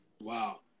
Wow